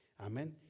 Amen